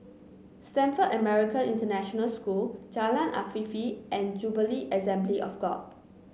Stamford American International School Jalan Afifi and Jubilee Assembly of God